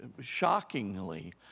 shockingly